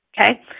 okay